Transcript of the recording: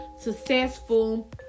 successful